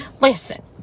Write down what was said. Listen